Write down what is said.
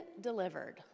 delivered